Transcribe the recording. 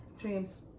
dreams